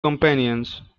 companions